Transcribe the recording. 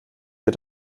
ihr